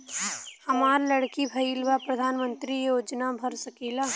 हमार लड़की भईल बा प्रधानमंत्री योजना भर सकीला?